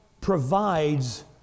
provides